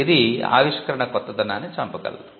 ఇది ఆవిష్కరణ కొత్తదనాన్ని చంపగలదు